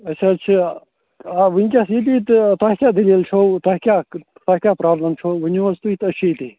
أسۍ حظ چھِ آ وٕنۍکٮ۪س ییٚتی تہٕ تۄہہِ کیٛاہ دٔلیٖل چھو تۄہہِ کیٛاہ تۄہہِ کیٛاہ پرٛابلم چھو ؤنِو حظ تُہۍ تہٕ أسۍ چھِ ییٚتی